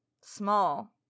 Small